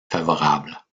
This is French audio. favorable